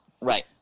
right